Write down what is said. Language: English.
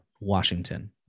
Washington